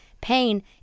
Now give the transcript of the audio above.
pain